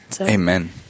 Amen